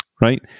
right